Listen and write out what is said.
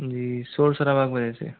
जी शोर सराबा कि वजह से